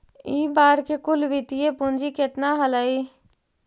इ बार के कुल वित्तीय पूंजी केतना हलइ?